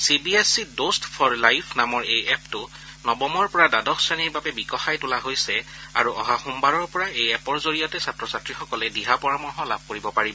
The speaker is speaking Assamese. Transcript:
C B S E Dost for life নামৰ এই এপটো নৱমৰ পৰা দ্বাদশ শ্ৰেণীৰ বাবে বিকশাই তোলা হৈছে আৰু অহা সোমবাৰৰ পৰা এই এপৰ জৰিয়তে ছাত্ৰ ছাত্ৰীসকলে দিহা পৰামৰ্শ লাভ কৰিব পাৰিব